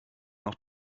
noch